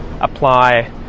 apply